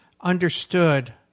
understood